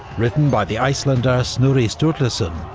written by the icelander snorri sturluson,